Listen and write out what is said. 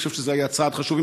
אני חושב שזה היה צעד חשוב.